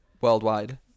Worldwide